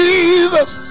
Jesus